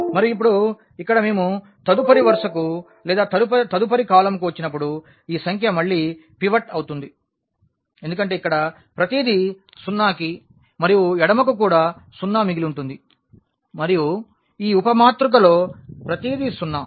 మరియు ఇప్పుడు ఇక్కడ మేము తదుపరి వరుసకు లేదా తదుపరి కాలమ్కు వచ్చినప్పుడు ఈ సంఖ్య మళ్లీ పివట్ అవుతుంది ఎందుకంటే ఇక్కడ ప్రతిదీ సున్నాకి మరియు ఎడమ వైపుకు కూడా సున్నా మిగిలి ఉంటుంది మరియు ఈ ఉప మాతృకలో ప్రతిదీ సున్నా